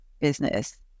business